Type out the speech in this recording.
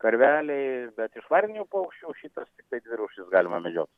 karveliai bet iš varninių paukščių šitas tiktai dvi rūšis galima medžiot